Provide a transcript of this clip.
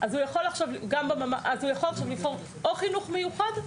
הוא יכול לבחור בין חינוך מיוחד,